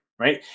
right